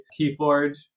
Keyforge